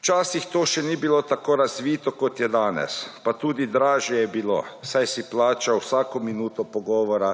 Včasih to še ni bilo tako razvito, kot je danes, pa tudi dražje je bilo, saj si plačal vsako minuto pogovora,